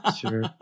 sure